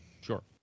Sure